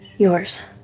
yours